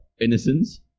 innocence